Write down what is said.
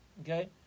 Okay